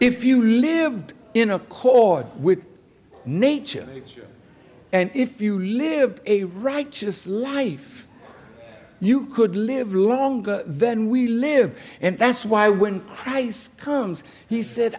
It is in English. if you lived in accord with nature and if you lived a righteous life you could live longer than we live and that's why when christ comes he said